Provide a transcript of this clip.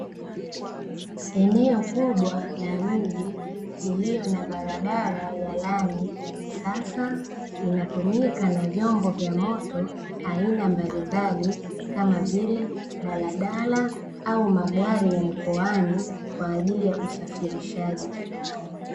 Eneo kubwa la mji lililo na barabara ya lami ya kisasa, inatumika na vyombo vya moto aina mbalimbali, kama vile; daladala au magari ya mikoani, kwa ajili ya usafirishaji.